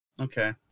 okay